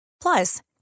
Plus